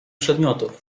przedmiotów